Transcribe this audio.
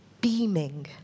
beaming